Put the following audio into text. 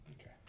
Okay